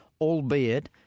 albeit